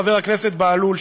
חבר הכנסת בהלול,